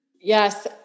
Yes